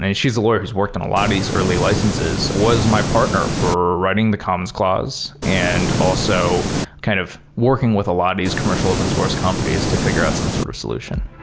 she's a lawyer who's worked on a lot of these early licenses. was my partner for writing the commons clause and also kind of working with a lot of these commercial open source companies to figure out some sort of solution